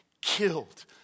killed